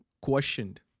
questioned